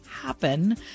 happen